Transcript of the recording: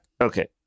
okay